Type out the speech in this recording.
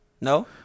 No